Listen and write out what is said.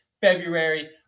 February